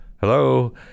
Hello